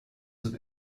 sind